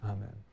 Amen